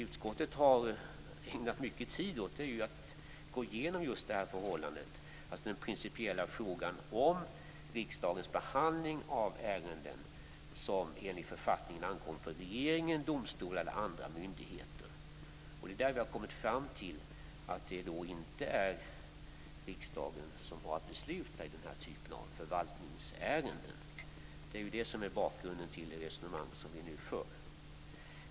Utskottet har ägnat mycket tid åt att gå igenom den principiella frågan om riksdagens behandling av ärenden som enligt författningen ankommer på regeringen, domstolar eller andra myndigheter. Vi har där kommit fram till att det inte är riksdagen som har att besluta i den här typen av förvaltningsärenden. Det är detta som är bakgrunden till det resonemang vi nu för.